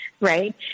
Right